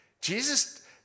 Jesus